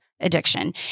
addiction